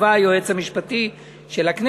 קבע היועץ המשפטי של הכנסת.